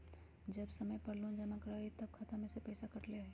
जब समय पर लोन जमा न करवई तब खाता में से पईसा काट लेहई?